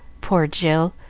poor jill!